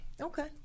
Okay